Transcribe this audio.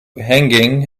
hanging